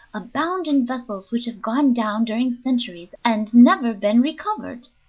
abound in vessels which have gone down during centuries and never been recovered.